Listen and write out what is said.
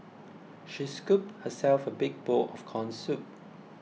she scooped herself a big bowl of Corn Soup